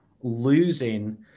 losing